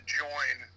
join